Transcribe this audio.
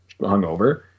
Hungover